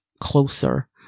closer